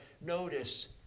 notice